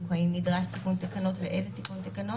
האם נדרש תיקון תקנות ואיזה תיקון תקנות.